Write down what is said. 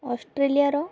ଅଷ୍ଟ୍ରେଲିଆର